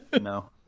No